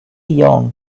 young